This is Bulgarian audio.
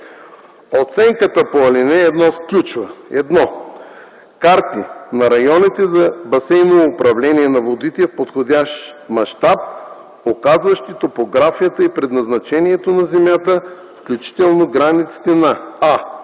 Оценката по ал. 1 включва: 1. карти на районите за басейново управление на водите в подходящ мащаб, указващи топографията и предназначението на земята, включително границите на: